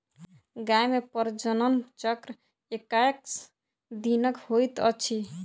गाय मे प्रजनन चक्र एक्कैस दिनक होइत अछि